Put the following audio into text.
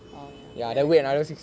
oh ya then wait six months right